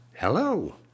Hello